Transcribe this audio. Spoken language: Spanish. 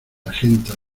argenta